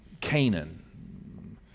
Canaan